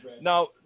Now